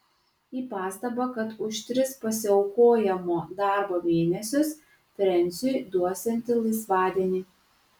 į pastabą kad už tris pasiaukojamo darbo mėnesius frensiui duosianti laisvadienį